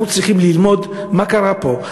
אנחנו צריכים ללמוד מה קרה פה.